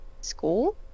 school